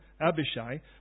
Abishai